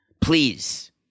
please